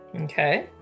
Okay